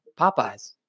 Popeyes